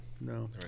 No